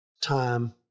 time